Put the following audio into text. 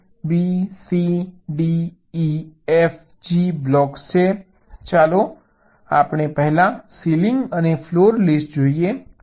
A B C D E F G blocks છે ચાલો પહેલા સીલિંગ અને ફ્લોર લિસ્ટ જોઈએ